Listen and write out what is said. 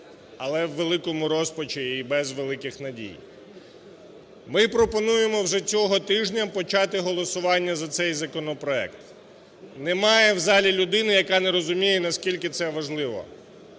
а у великому розпачі і без великих надій. Ми пропонуємо вже цього тижня почати голосування за цей законопроект. Немає в залі людини, яка не розуміє наскільки це важливо.